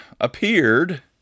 appeared